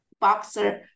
boxer